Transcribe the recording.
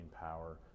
power